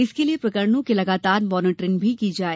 इसके लिये प्रकरणों की लगातार मॉनिटरिंग की जाये